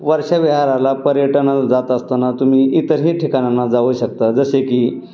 वर्षविहाराला पर्यटनाला जात असताना तुम्ही इतरही ठिकाणी जाऊ शकता जसे की